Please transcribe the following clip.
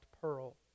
pearl